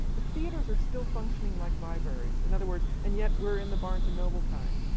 the theatres are still functioning like libraries, in other words, and yet we're in the barnes and noble time.